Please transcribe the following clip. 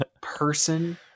person